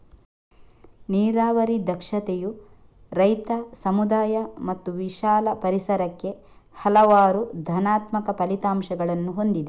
ನೀರಾವರಿ ದಕ್ಷತೆಯು ರೈತ, ಸಮುದಾಯ ಮತ್ತು ವಿಶಾಲ ಪರಿಸರಕ್ಕೆ ಹಲವಾರು ಧನಾತ್ಮಕ ಫಲಿತಾಂಶಗಳನ್ನು ಹೊಂದಿದೆ